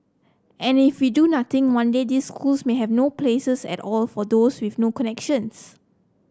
and if we do nothing one day these schools may have no places at all for those with no connections